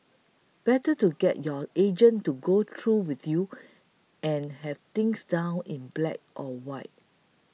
better to get your agent to go through with you and have things down in black or white